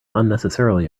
unnecessarily